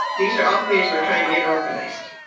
these are all committees we're trying to get organized